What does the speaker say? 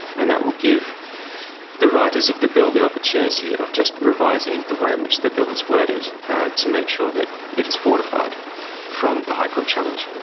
and that will give the writers of the bill the opportunity of just revising the way in which the bill is worded to make sure that it is fortified from the high court challenge.